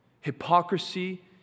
Hypocrisy